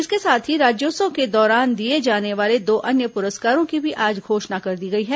इसके साथ ही राज्योत्सव के दौरान दिए जाने वाले दो अन्य पुरस्कारों की भी आज घोषणा कर दी गई है